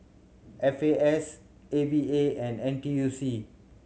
F A S A V A and N T U C